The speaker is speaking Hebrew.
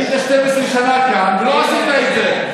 היית 12 שנה כאן ולא עשית את זה.